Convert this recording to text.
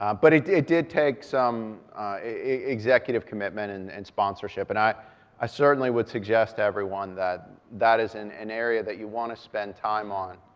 um but it did it did take some executive commitment and and sponsorship, and i i certainly would suggest to everyone that that is an an area that you want to spend time on,